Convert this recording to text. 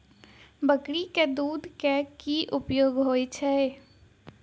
बकरी केँ दुध केँ की उपयोग होइ छै?